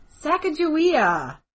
Sacagawea